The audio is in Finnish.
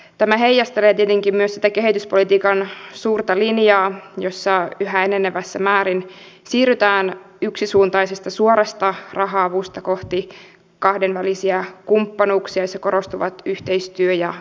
tämä heijastelee tietenkin myös sitä kehityspolitiikan suurta linjaa jossa yhä enenevässä määrin siirrytään yksisuuntaisesta suorasta raha avusta kohti kahdenvälisiä kumppanuuksia joissa korostuvat yhteistyö ja yhteisvastuu